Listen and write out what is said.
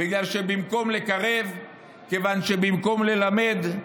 כיוון שבמקום לקרב, כיוון שבמקום ללמד,